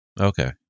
Okay